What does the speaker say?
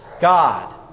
God